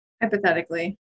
hypothetically